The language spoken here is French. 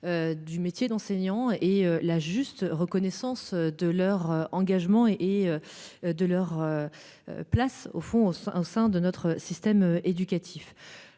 du métier d'enseignant, la juste reconnaissance de leur engagement et de leur place au sein de notre système éducatif.